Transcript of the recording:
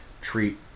treat